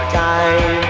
time